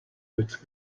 with